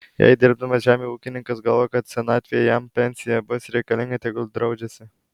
jei dirbdamas žemę ūkininkas galvoja kad senatvėje jam pensija bus reikalinga tegul draudžiasi